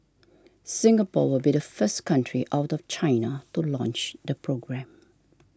Singapore will be the first country out of China to launch the programme